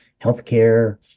healthcare